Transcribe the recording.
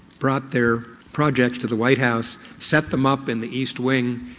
brought their projects to the white house, set them up in the east wing.